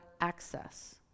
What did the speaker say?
access